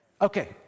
Okay